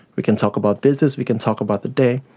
we can talk about business, we can talk about the day,